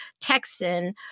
Texan